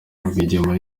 rwigema